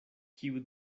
kiu